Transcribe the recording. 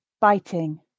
Biting